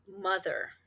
mother